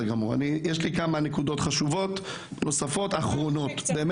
כמה נקודות חשובות בקצרה.